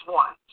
one